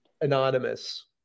anonymous